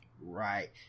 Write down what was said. right